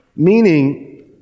Meaning